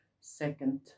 second